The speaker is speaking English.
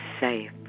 safe